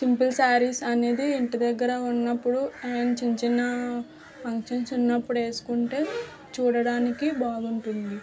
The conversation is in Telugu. సింపుల్ శారీస్ అనేది ఇంటి దగ్గర ఉన్నప్పుడు అండ్ చిన్ చిన్న ఫంక్షన్స్ ఉన్నపుడు వేసుకుంటే చూడడానికి బాగుంటుంది